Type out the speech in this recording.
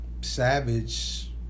Savage